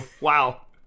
Wow